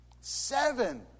Seven